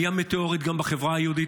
עלייה מטאורית גם בחברה היהודית.